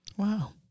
Wow